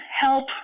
help